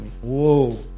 Whoa